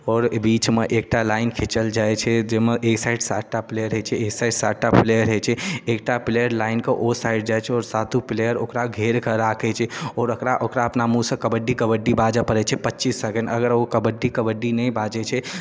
आओर बीच मे एकटा लाइन खिचल जाइ छै जाहिमे एक साइड सातटा प्लेयर रहै छै एक साइड सातटा प्लेयर होइ छै एकटा प्लेयर लाइनके ओ साइड जाइ छै आओर सातो प्लेयर ओकरा घेर कऽ राखै छै आओर ओकरा ओकरा अपना मुँहसँ कबड्डी कबड्डी बाजऽ पड़ै छै पच्चीस सेकेण्ड अगर ओ कबड्डी कबड्डी नहि बाजै छै